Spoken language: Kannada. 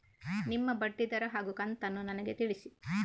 ನಿಮ್ಮ ಬಡ್ಡಿದರ ಹಾಗೂ ಕಂತನ್ನು ನನಗೆ ತಿಳಿಸಿ?